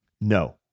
No